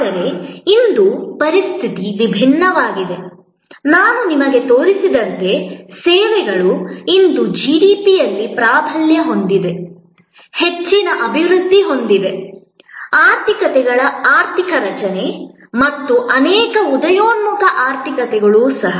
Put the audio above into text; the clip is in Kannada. ಆದರೆ ಇಂದು ಪರಿಸ್ಥಿತಿ ವಿಭಿನ್ನವಾಗಿದೆ ನಾನು ನಿಮಗೆ ತೋರಿಸಿದಂತೆ ಸೇವೆಗಳು ಇಂದು ಜಿಡಿಪಿಯಲ್ಲಿ ಪ್ರಾಬಲ್ಯ ಹೊಂದಿವೆ ಹೆಚ್ಚಿನ ಅಭಿವೃದ್ಧಿ ಹೊಂದಿದ ಆರ್ಥಿಕತೆಗಳ ಆರ್ಥಿಕ ರಚನೆ ಮತ್ತು ಅನೇಕ ಉದಯೋನ್ಮುಖ ಆರ್ಥಿಕತೆಗಳೂ ಸಹ